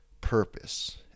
purpose